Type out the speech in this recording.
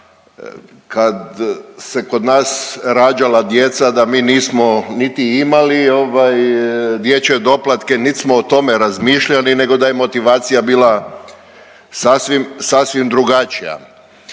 kad se kod nas rađala djeca, da mi nismo niti imali ovaj, dječje doplatke, nit smo o tome razmišljali, nego da je motivacija bila sasvim, sasvim drugačija.